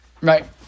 Right